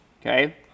okay